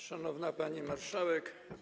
Szanowna Pani Marszałek!